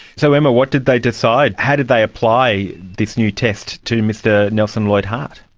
so emma, what did they decide? how did they apply this new test to mr nelson lloyd hart?